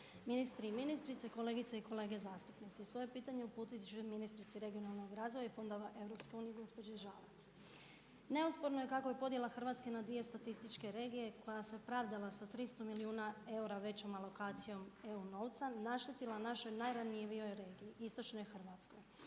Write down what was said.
ministri i ministrice, kolegice i kolege zastupnici. Svoje pitanje uputiti ću ministrici regionalnog razvoja i Fondova EU gospođi Žalac. Neosporno je kako je podjela Hrvatske na dvije statističke regije koja se pravdala sa 300 milijuna eura većom alokacijom EU novca naštetila našoj najranjivijoj regiji istočnoj Hrvatskoj.